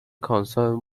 concerned